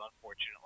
unfortunately